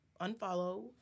unfollow